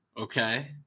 Okay